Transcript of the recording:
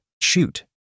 Shoot